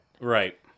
Right